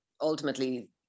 ultimately